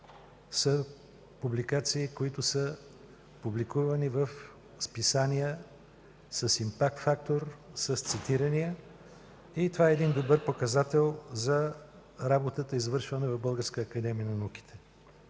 са публикации, които са публикувани в списания с импакт фактор, с цитирания и това е един добър показател за работата, извършвана в Българската академия на науките.